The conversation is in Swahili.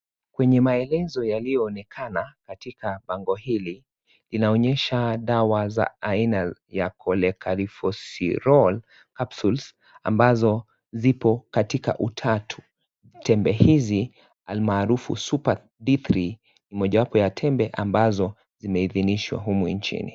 Kwenye maelezo yaliyo onekana katika bango hili, inaonyesha dawa za aina ya cholecalceferol capsules ambazo zipo katika utatu. Tembe hizi almarufu super D3, mojawapo ya tembe ambazo zimeidhinishwa humu nchini.